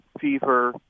fever